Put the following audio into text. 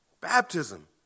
baptism